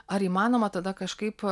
ar įmanoma tada kažkaip